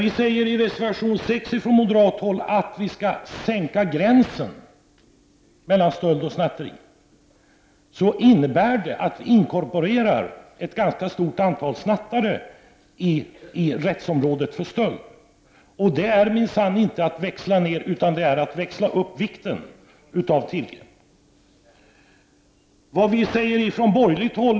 I reservation 6 säger vi från moderat håll att gränsen mellan stöld och snatteri skall sänkas. Det innebär att man inkorporerar ett ganska stort antal snattare i rättsområdet för stöld. Det är minsann inte att växla ned utan det är att växla upp vikten av tillgreppen.